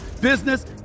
business